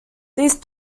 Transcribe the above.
these